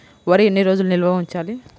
వరి ఎన్ని రోజులు నిల్వ ఉంచాలి?